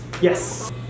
Yes